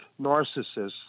narcissists